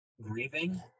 grieving